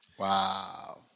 Wow